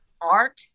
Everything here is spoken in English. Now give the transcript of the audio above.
arc